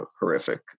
horrific